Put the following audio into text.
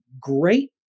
great